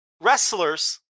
wrestlers